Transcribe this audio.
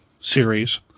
series